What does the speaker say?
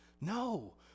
No